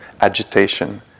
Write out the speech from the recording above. agitation